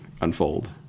unfold